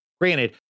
Granted